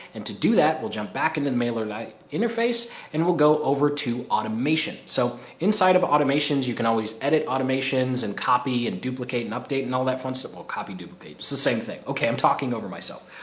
and to do that, we'll jump back into the mailer light interface and we'll go over to automation. so inside of automations you can always edit automations and copy and duplicate and update and all that fun stuff will copy duplicate, it's the same thing. okay, i'm talking over myself.